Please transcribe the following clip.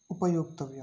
उपयोक्तव्यम्